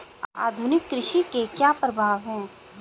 आधुनिक कृषि के क्या प्रभाव हैं?